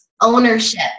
ownership